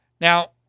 Now